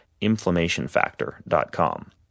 inflammationfactor.com